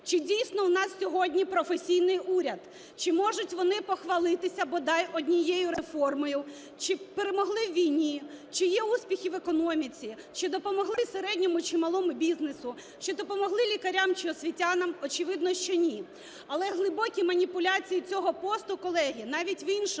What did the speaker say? чи, дійсно, у нас сьогодні професійний уряд? Чи можуть вони похвалитися бодай однією реформою? Чи перемогли у війні? Чи є успіхи в економіці? Ч и допомогли малому чи середньому бізнесу? Чи допомогли лікарям чи освітянам? Очевидно, що ні. Але глибокі маніпуляції цього посту, колеги, навіть в іншому: